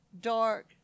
dark